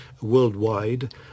worldwide